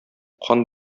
кан